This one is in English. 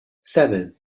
seven